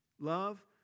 Love